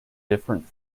different